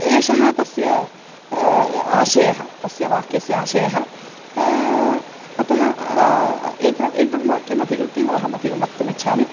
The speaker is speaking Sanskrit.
एषः तस्य आशयः तस्य वाक्यस्य आशयः अतः एतत् एतत् वाक्यमधिकृत्यैव अहमधिकं वक्तुमिच्छामि